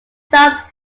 stop